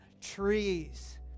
trees